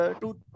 two